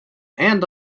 and